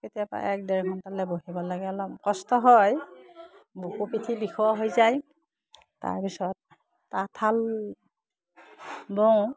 কেতিয়াবা এক ডেৰ ঘণ্টালৈ বহিব লাগে অলপ কষ্ট হয় বহু পিঠি বিষো হৈ যায় তাৰপিছত তাঁতশাল বওঁ